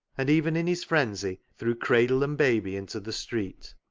and even in his frenzy threw cradle and baby into the street.